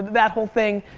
that whole thing.